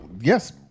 Yes